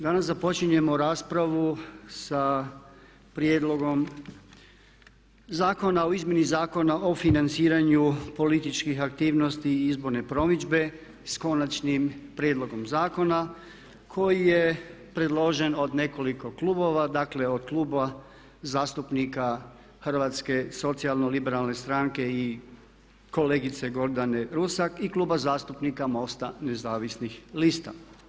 Danas započinjemo raspravu sa Prijedlogom zakona o izmjeni zakona o financiranju političkih aktivnosti i izborne promidžbe s konačnim prijedlogom zakona koji je predložen od nekoliko klubova, dakle od Kluba zastupnika Hrvatsko-socijalno liberalne stranke i kolegice Gordane Rusak i Kluba zastupnika MOST-a nezavisnih lista.